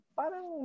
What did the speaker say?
parang